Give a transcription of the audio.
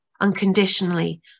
unconditionally